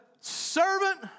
servant